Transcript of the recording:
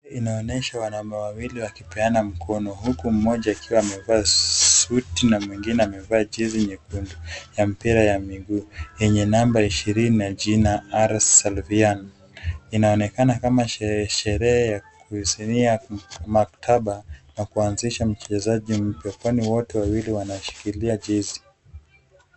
Inaonyesha wanaume wawili wakipeana mkono, huku mmoja akiwa amevaa suti na mwingine amevaa jezi nyekundu ya mpira ya miguu, yenye namba ishirini na jina R Sylvaine. Inaonekana kama sherehe ya kusinyia maktaba na kuanzisha mchezaji mpya kwani wote wawili wanashikilia jezi.